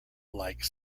like